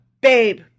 Babe